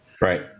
Right